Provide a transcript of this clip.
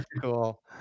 Cool